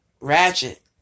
ratchet